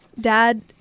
Dad